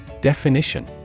Definition